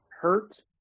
hurt